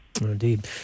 Indeed